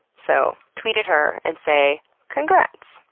so tweet at her and say congrats!